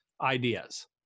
ideas